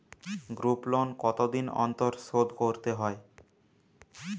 Group loan কতদিন অন্তর শোধকরতে হয়?